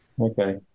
Okay